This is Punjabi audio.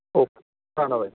ਓਕ ਧੰਨਵਾਦ